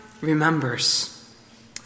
remembers